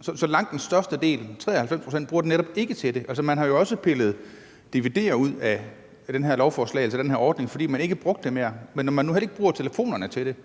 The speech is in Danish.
Så langt den største del, altså 93 pct., bruger den netop ikke til det. Altså, man har jo også pillet dvd'er ud af det her lovforslag, altså ud af den her ordning, fordi man ikke bruger dem mere. Men når man nu heller ikke bruger telefonerne til det,